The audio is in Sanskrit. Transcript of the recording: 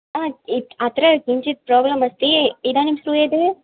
हा इत् अत्र किञ्चित् प्राब्लम् अस्ति इदानीं श्रूयते